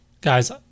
guys